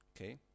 okay